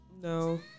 No